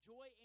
Joy